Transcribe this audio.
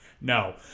No